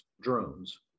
drones